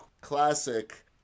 classic